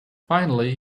finally